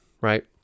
right